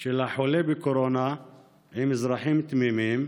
של חולי הקורונה עם אזרחים תמימים,